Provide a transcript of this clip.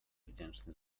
wdzięczny